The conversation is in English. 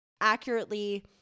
accurately